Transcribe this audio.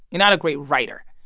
you're not a great writer.